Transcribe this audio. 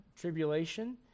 tribulation